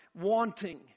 wanting